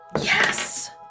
Yes